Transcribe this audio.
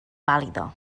vàlida